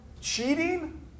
cheating